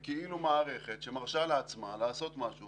זה כאילו מערכת שמרשה לעצמה לעשות משהו